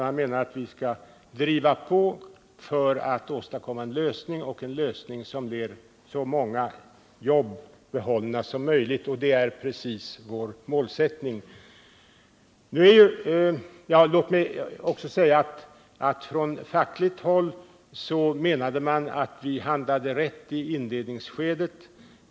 Han menar att vi skall driva på för att åtstadkomma en lösning med så många jobb behållna som möjligt. Det är precis vår målsättning. Låt mig också säga att man från fackligt håll menade att vi handlade rätt i inledningsskedet.